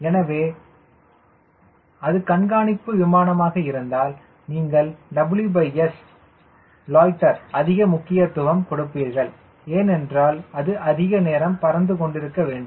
எனவே அல்லது அது கண்காணிப்பு விமானமாக இருந்தால் நீங்கள் WS லொய்ட்டருக்கு அதிக முக்கியத்துவம் கொடுப்பீர்கள் ஏனென்றால் அது அதிக நேரம் பறந்து கொண்டிருக்க வேண்டும்